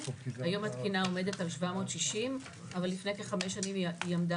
היום התקינה עומדת על 760. אבל לפני כ-5 שנים היא עמדה